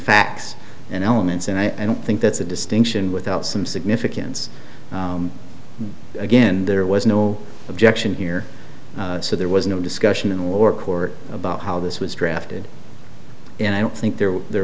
facts and elements and i don't think that's a distinction without some significance again there was no objection here so there was no discussion in the lower court about how this was drafted and i don't think there were